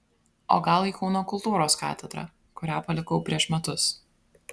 o gal į kūno kultūros katedrą kurią palikau prieš metus